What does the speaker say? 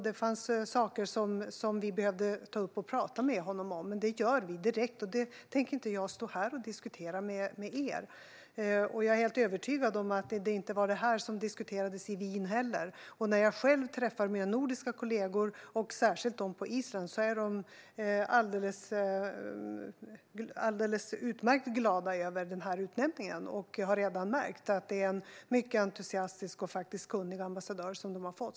Det fanns saker som vi behövde ta upp och prata med honom om, och det gjorde vi direkt. Men det tänker jag inte stå här och diskutera med er. Jag är helt övertygad om att det inte heller var det här som diskuterades i Wien. När jag träffar mina nordiska kollegor, särskilt på Island, är de alldeles utmärkt glada över den här utnämningen och har redan märkt att det är en mycket entusiastisk och faktiskt kunnig ambassadör som de har fått.